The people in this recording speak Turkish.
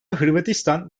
hırvatistan